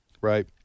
Right